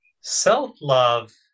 Self-love